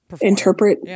Interpret